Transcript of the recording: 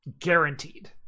Guaranteed